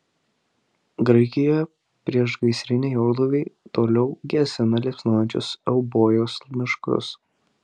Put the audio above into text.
graikijoje priešgaisriniai orlaiviai toliau gesina liepsnojančius eubojos miškus